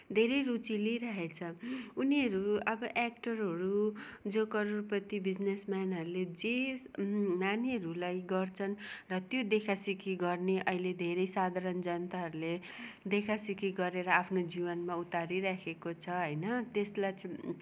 धेरै रुचि लिइरहेको छ उनीहरू अब एक्टरहरू जो करोडपति बिजिनेसमेनहरूले जे नानीहरूलाई गर्छन् र त्यो देखा सेखी गर्ने अहिले धेरै साधारण जनताहरूले देखा सेखी गरेर आफ्नो जीवनमा उतारी राखेको छ होइन त्यसलाई चाहिँ